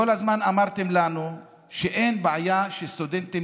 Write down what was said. כל הזמן אמרתם לנו שאין בעיה שסטודנטים